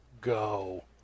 go